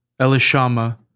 Elishama